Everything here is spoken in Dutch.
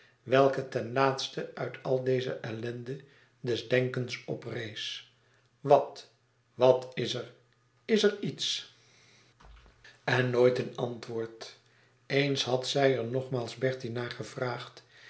welke ten laatste uit al deze ellende des denkens oprees wat wat is er is er iets en nooit een antwoord eens had zij er nogmaals bertie naar gevraagd